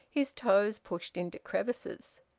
his toes pushed into crevices.